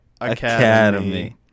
academy